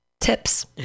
tips